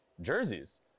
jerseys